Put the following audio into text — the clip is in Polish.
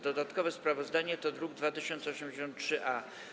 Dodatkowe sprawozdanie to druk nr 2083-A.